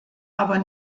aber